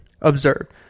observed